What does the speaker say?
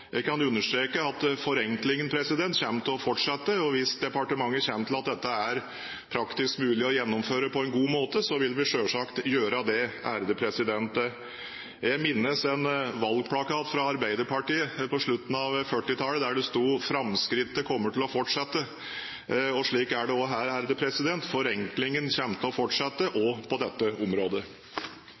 Jeg kan understreke at forenklingen kommer til å fortsette, og hvis departementet kommer til at dette er praktisk mulig å gjennomføre på en god måte, vil vi selvsagt gjøre det. Jeg minnes en valgplakat fra Arbeiderpartiet på slutten av 1940-tallet der det stod: Framskrittet kommer til å fortsette. Slik er det også her. Forenklingen kommer til å fortsette også på dette området.